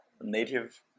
native